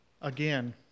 Again